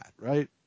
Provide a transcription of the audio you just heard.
right